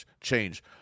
change